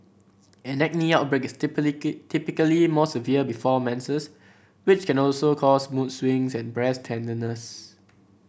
an acne outbreak is typically more severe before menses which can also cause mood swings and breast tenderness